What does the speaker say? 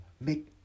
Make